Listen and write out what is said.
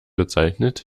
bezeichnet